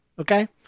Okay